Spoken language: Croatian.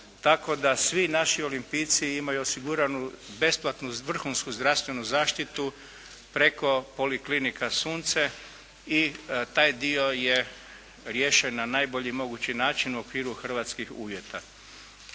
svi naši olimpijci imaju osiguranu besplatnu vrhunsku zdravstvenu zaštitu preko Poliklinika "Sunce" i taj dio je riješen na najbolji mogući način u okviru hrvatskih uvjeta.